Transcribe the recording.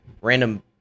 random